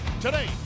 Today